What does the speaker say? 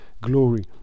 glory